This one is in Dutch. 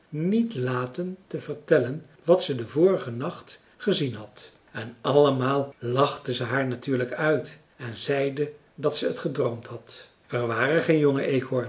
niet laten te vertellen wat ze den vorigen nacht gezien had en allemaal lachten ze haar natuurlijk uit en zeiden dat ze het gedroomd had er waren geen jonge